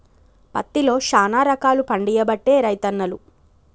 పత్తిలో శానా రకాలు పండియబట్టే రైతన్నలు